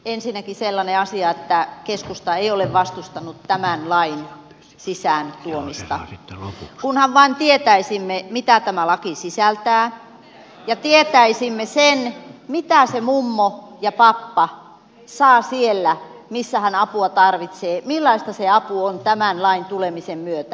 ensinnäkin sellainen asia että keskusta ei ole vastustanut tämän lain sisään tuomista kunhan vain tietäisimme mitä tämä laki sisältää ja tietäisimme sen mitä se mummo ja pappa saa siellä missä hän apua tarvitsee millaista se apu on tämän lain tulemisen myötä